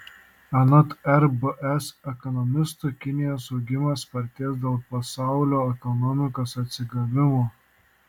anot rbs ekonomistų kinijos augimas spartės dėl pasaulio ekonomikos atsigavimo